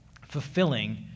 fulfilling